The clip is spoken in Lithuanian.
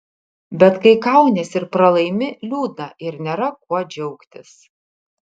bet kai kaunies ir pralaimi liūdna ir nėra kuo džiaugtis